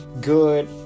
good